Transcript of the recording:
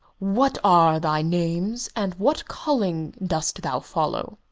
what are thy names, and what calling dost thou follow?